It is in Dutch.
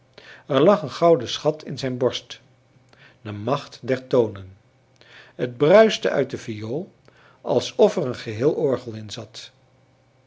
er lag een gouden schat in zijn borst de macht der tonen het bruiste uit de viool alsof er een geheel orgel in zat